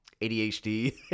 ADHD